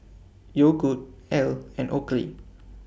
Yogood Elle and Oakley